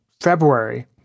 February